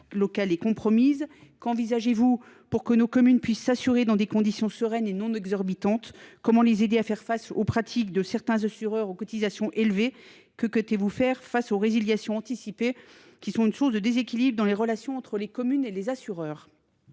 locales est compromise. Qu’envisagez vous pour que nos communes puissent s’assurer dans des conditions sereines et non exorbitantes ? Comment les aider à faire face aux pratiques de certains assureurs, aux cotisations élevées ? Que comptez vous faire face aux résiliations anticipées qui sont une source de déséquilibre dans les relations entre les communes et leurs assureurs ?